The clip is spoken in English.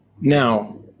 Now